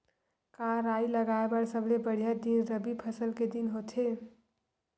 का राई लगाय बर सबले बढ़िया दिन रबी फसल के दिन होथे का?